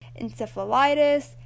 encephalitis